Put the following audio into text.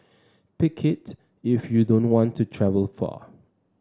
pick it if you don't want to travel far